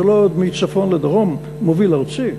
זה לא עוד מצפון לדרום, מוביל ארצי,